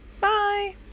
Bye